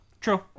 True